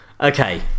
okay